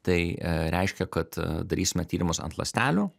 tai reiškia kad darysime tyrimus ant ląstelių